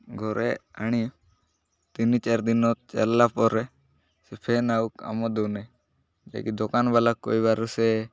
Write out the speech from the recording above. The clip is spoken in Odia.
ଘରେ ଆଣି ତିନି ଚାରି ଦିନ ଚାଲିଲାପରେ ସେ ଫ୍ୟାନ୍ ଆଉ କାମ ଦେଉନି ଯାଇକି ଦୋକାନବାଲା କହିବାରୁ ସେ